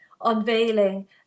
unveiling